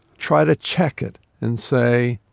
try to check it and say,